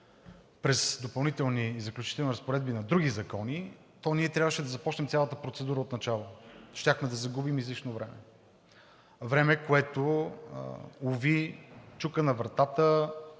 през допълнителни и заключителни разпоредби на други закони, то ние трябваше да започнем цялата процедура отначало. Щяхме да загубим излишно време – време, което, уви, чука на вратата